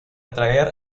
atraer